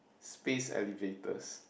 space elevators